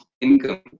income